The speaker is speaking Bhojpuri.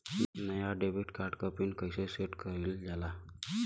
नया डेबिट कार्ड क पिन कईसे सेट कईल जाला?